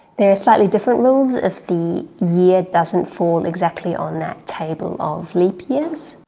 there are slightly different rules if the year doesn't fall exactly on that table of leap years,